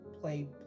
play